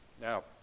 Now